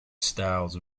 styles